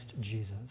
Jesus